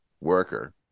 worker